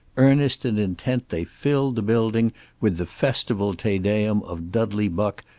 earnest and intent, they filled the building with the festival te deum of dudley buck,